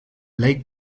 lake